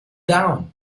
down